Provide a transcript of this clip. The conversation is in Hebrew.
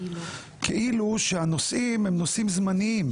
כאילו שהנושאים הם נושאים זמניים,